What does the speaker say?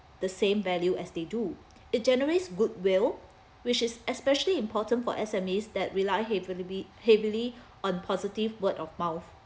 the same value as they do it generates goodwill which is especially important for S_M_Es that rely heavily heavily on positive word of mouth